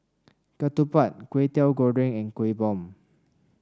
ketupat Kway Teow Goreng and Kueh Bom